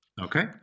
Okay